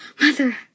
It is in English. Mother